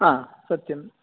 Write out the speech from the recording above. हा सत्यम्